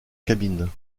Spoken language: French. cabine